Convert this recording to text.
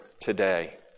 today